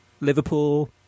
Liverpool